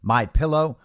MyPillow